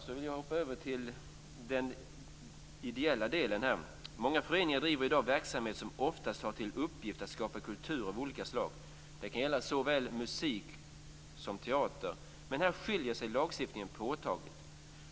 Så vill jag hoppa över till den ideella delen. Många föreningar driver i dag verksamhet som oftast har till uppgift att skapa kultur av olika slag. Det kan gälla såväl musik som teater. Men här skiljer sig lagstiftningen påtagligt.